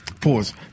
pause